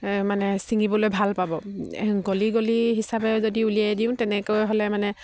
মানে ছিঙিবলৈ ভাল পাব গলি গলি হিচাপে যদি উলিয়াই দিওঁ তেনেকৈ হ'লে মানে